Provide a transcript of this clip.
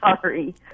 sorry